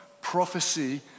Prophecy